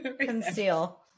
Conceal